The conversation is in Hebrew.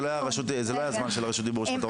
זה לא היה זמן של רשות הדיבור שלך.